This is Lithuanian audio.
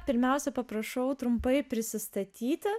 pirmiausia paprašau trumpai prisistatyti